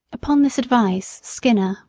upon this advice skinner,